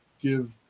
give